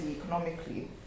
economically